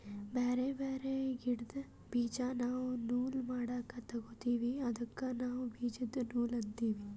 ಬ್ಯಾರೆ ಬ್ಯಾರೆ ಗಿಡ್ದ್ ಬೀಜಾ ನಾವ್ ನೂಲ್ ಮಾಡಕ್ ತೊಗೋತೀವಿ ಅದಕ್ಕ ನಾವ್ ಬೀಜದ ನೂಲ್ ಅಂತೀವಿ